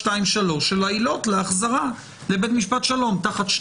(2) ו-(3) של העילות להחזרה לבית משפט שלום.